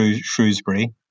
Shrewsbury